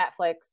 Netflix